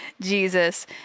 Jesus